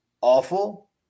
awful